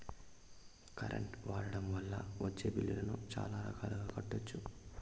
current వాడకం వల్ల వచ్చే బిల్లులను చాలా రకాలుగా కట్టొచ్చు